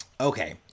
Okay